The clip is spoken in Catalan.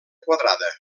quadrada